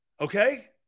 Okay